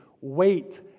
wait